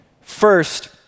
First